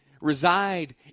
reside